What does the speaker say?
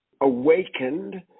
awakened